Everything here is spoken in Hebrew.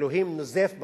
אלוהים נוזף בנביא.